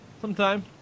sometime